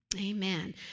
Amen